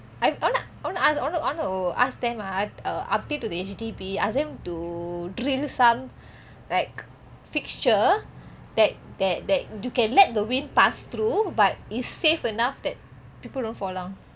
I want to want to ask want to want to ask them ah uh update to the H_D_B ask them to drill some like fixture that that you can let the wind pass through but is safe enough that people don't fall down